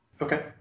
Okay